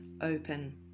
open